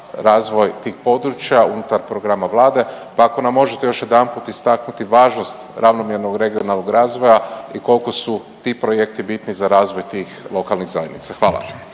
razvoj tih područja unutar programa Vlade, pa ako nam još jedanput istaknuti važnost ravnomjernog regionalnog razvoja i koliko su ti projekti bitni za razvoj tih lokalnih zajednica. Hvala.